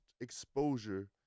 exposure